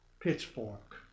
pitchfork